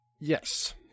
Yes